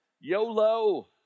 YOLO